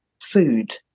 food